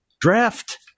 draft